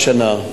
1. כמדי שנה,